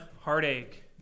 heartache